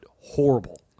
horrible